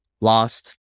Lost